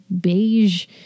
Beige